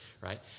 right